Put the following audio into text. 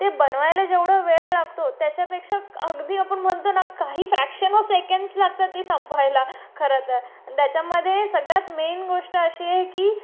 ते बनवायला जेवढं वेळ लागतो त्याच्यापेक्षा अगदी आपण म्हणतो ना काही फ्रॅक्शन ऑफ सेकेंड्स लागतात ती संपायला खरं तर त्याच्यामधे सगळ्यात मेन गोष्ट अशी आहे की